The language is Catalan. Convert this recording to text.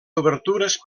obertures